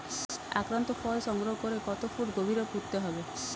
আক্রান্ত ফল সংগ্রহ করে কত ফুট গভীরে পুঁততে হবে?